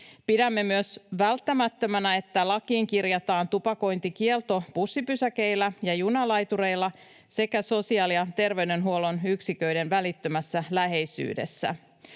Pidämme myös välttämättömänä, että lakiin kirjataan tupakointikielto bussipysäkeillä ja junalaitureilla sekä sosiaali- ja terveydenhuollon yksiköiden välittömässä läheisyydessä.